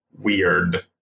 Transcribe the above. weird